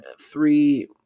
three